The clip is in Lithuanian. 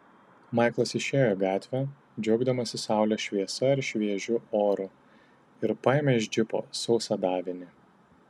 maiklas išėjo į gatvę džiaugdamasis saulės šviesa ir šviežiu oru ir paėmė iš džipo sausą davinį